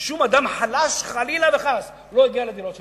ששום אדם חלש, חלילה וחס, לא יגיע לדירות שלהם.